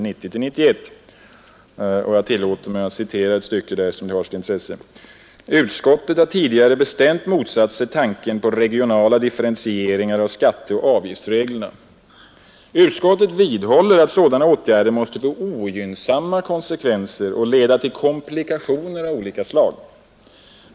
90—91 i betänkandet: ”Utskottet har tidigare ——— bestämt motsatt sig tanken på regionala differentieringar av skatteoch avgiftsreglerna. Utskottet vidhåller att sådana åtgärder måste få ogynnsamma konsekvenser och leda till komplikationer av skilda slag.